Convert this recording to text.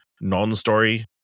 non-story